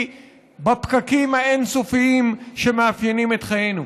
בפקקים האין-סופיים שמאפיינים את חיינו.